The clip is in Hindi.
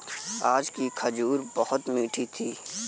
आज की खजूर बहुत मीठी थी